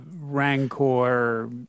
Rancor